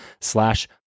slash